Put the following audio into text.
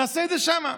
נעשה את זה שם.